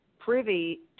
privy